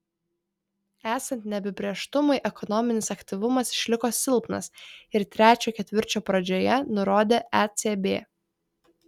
esant neapibrėžtumui ekonominis aktyvumas išliko silpnas ir trečio ketvirčio pradžioje nurodė ecb